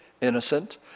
innocent